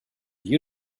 you